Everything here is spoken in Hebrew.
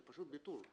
זה פשוט ביטול.